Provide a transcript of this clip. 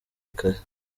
kare